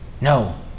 No